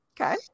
Okay